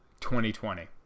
2020